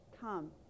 Come